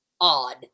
odd